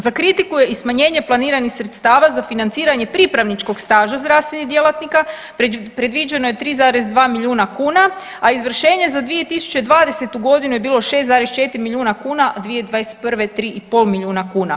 Za kritiku je i smanjenje planiranih sredstava za financiranje pripravničkog staža zdravstvenih djelatnika predviđeno je 3,2 milijuna kuna, a izvršenje za 2020. godinu je bilo 6,4 milijuna kuna, a 2021. 3 i pol milijuna kuna.